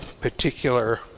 particular